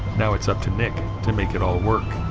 now it's up to nick to make it all work.